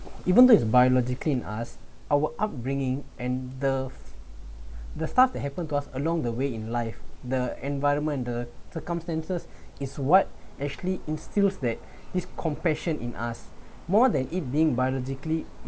even though is biologically in us our upbringing and the the stuff that happened to us along the way in life the environment the circumstances is what actually instills that this compassion in us more than it being biologically